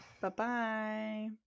Bye-bye